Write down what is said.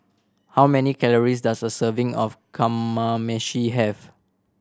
how many calories does a serving of Kamameshi have